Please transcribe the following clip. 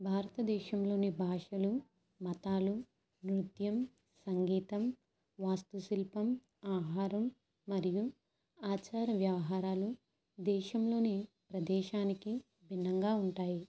భారతదేశంలోని భాషలు మతాలు నృత్యం సంగీతం వాస్తు శిల్పం ఆహారం మరియు ఆచార వ్యవహారాలు దేశంలోనే ప్రదేశానికి భిన్నంగా ఉంటాయి